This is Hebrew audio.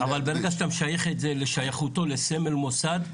אבל ברגע שאתה משייך את זה לשייכותו לסמל מוסד,